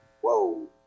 whoa